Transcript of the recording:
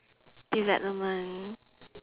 development